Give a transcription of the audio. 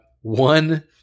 One